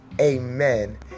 Amen